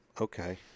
okay